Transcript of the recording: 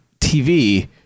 TV